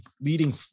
leading